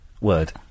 word